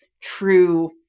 true